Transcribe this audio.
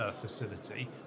facility